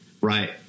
Right